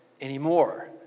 anymore